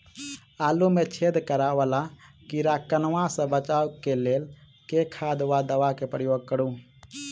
आलु मे छेद करा वला कीड़ा कन्वा सँ बचाब केँ लेल केँ खाद वा दवा केँ प्रयोग करू?